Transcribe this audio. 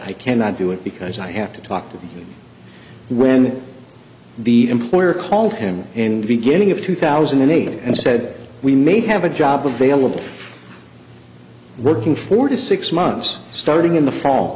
i cannot do it because i have to talk to them when the employer called him and beginning of two thousand and eight and said we may have a job available working four to six months starting in the fall